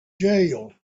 jail